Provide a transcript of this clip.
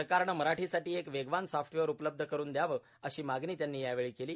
सरकारनं मराठीसाठी एक वेगवान सॉफ्टवेअर उपलब्ध करून द्यावं अशी मागणी त्यांनी यावेळी केली